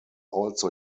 also